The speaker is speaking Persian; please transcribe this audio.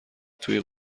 توی